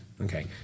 Okay